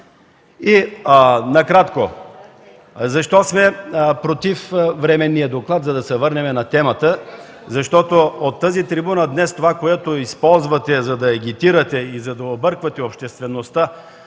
Накратко. Защо сме против временния доклад, за да се върнем на темата? Защото от тази трибуна днес това, което използвате, за да агитирате и за да обърквате обществеността